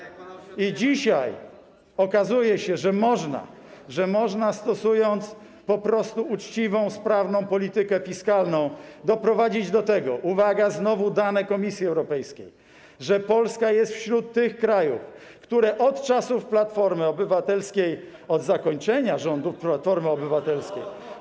I dzisiaj okazuje się, że można, że stosując po prostu uczciwą, sprawną politykę fiskalną można doprowadzić do tego - uwaga, znowu dane Komisji Europejskiej - że Polska jest wśród tych krajów, które od czasów Platformy Obywatelskiej, od zakończenia rządów Platformy Obywatelskiej.